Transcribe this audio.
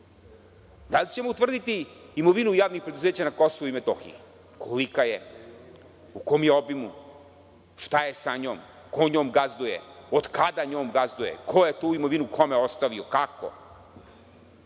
Da li ćemo utvrditi imovinu javnih preduzeća na Kosovu i Metohiji, kolika je, u kom je obimu, šta je sa njom, ko njom gazduje, od kada njom gazduje, ko je tu imovinu kome ostavio, kako? Vi